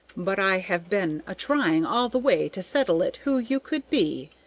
but i have been a trying all the way to settle it who you could be.